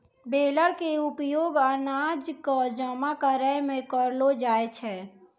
baler के उपयोग अनाज कॅ जमा करै मॅ करलो जाय छै